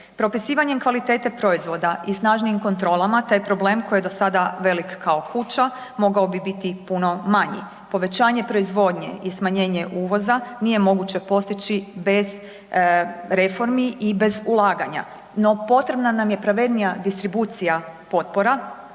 Propisivanjem kvalitete proizvoda i snažnijim kontrolama, taj problem koji je dosada velik kao kuća mogao bi bit i puno manji. Povećanje proizvodnje i smanjenje uvoza nije moguće postići bez reformi i bez ulaganja. No, potrebna nam je pravednija distribucija potpora